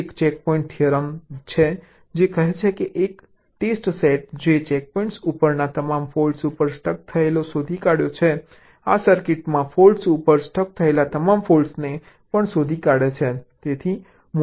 તેથી ત્યાં એક ચેકપોઇન્ટ થિયરમ છે જે કહે છે કે એક ટેસ્ટ સેટ જે ચેકપોઇન્ટ્સ ઉપરના તમામ ફૉલ્ટ્સ ઉપર સ્ટક થયેલો શોધી કાઢે છે આ સર્કિટમાં ફૉલ્ટ્સ ઉપર સ્ટક થયેલા તમામ ફૉલ્ટ્સને પણ શોધી કાઢે છે